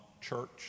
church